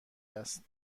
است